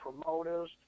promoters